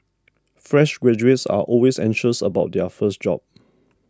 fresh graduates are always anxious about their first job